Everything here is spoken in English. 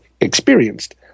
experienced